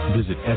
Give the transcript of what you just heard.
visit